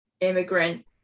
immigrant